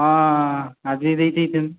ହଁ ଆଜି ଦେଇ ଦେଇଛନ୍ତି